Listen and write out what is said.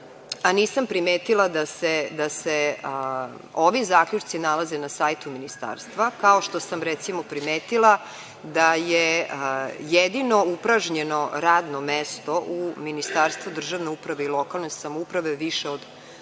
nisam primetila da se ovi zaključci nalaze na sajtu Ministarstva, kao što sam, recimo, primetila da je jedino upražnjeno radno mesto u Ministarstvu državne uprave i lokalne samouprave više od godinu